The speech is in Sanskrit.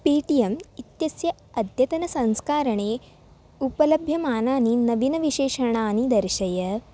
पे टि एम् इत्यस्य अद्यतनसंस्करणे उपलभ्यमानानि नविनविशेषणानि दर्शय